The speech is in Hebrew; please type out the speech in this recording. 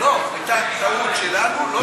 לא, הייתה טעות שלנו.